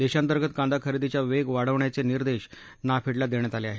देशांतर्गत कादा खरेदीचा वेग वाढवण्याचे निर्देश नाफेडला देण्यात आले आहेत